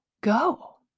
go